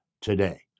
today